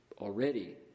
already